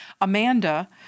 Amanda